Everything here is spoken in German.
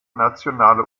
nationale